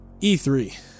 E3